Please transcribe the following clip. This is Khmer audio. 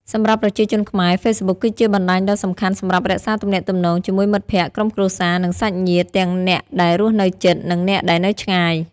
សម្រាប់ប្រជាជនខ្មែរ ហ្វេសប៊ុកគឺជាបណ្ដាញដ៏សំខាន់សម្រាប់រក្សាទំនាក់ទំនងជាមួយមិត្តភក្តិ ក្រុមគ្រួសារ និងសាច់ញាតិ ទាំងអ្នកដែលរស់នៅជិត និងអ្នកដែលនៅឆ្ងាយ។